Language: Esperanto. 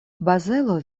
bazelo